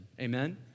Amen